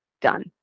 done